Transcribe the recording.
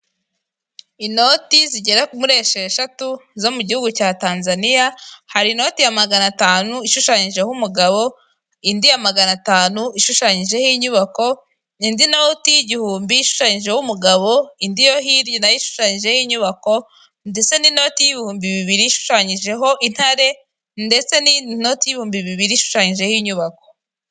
Inoti zigera kuri esheshatu zo mu gihugu cya tanzaniya (Tanzania) hari inoti ya magana atanu ishushanyijeho umugabo, indi ya magana atanu ishushanyijeho inyubako, indi noti y'igihumbi ishushanyijeho umugabo ,indi yo hirya ishushanyijeho inyubako ndetse n'inoti y'ibihumbi bibiri ishushanyijeho intare ndetse n'iyindi note ibihumbi bibiri ishushanyijeho inyubako.